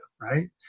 right